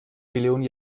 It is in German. millionen